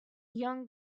young